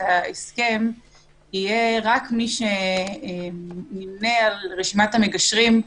ההסכם יהיה רק מי שנמנה על רשימת המגשרים.